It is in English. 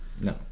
No